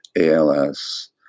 ALS